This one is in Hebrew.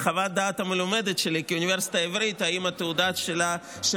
חוות הדעת המלומדת שלי כאוניברסיטה העברית אם התעודה שלך